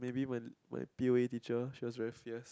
maybe my my P_O_A teacher she was very fierce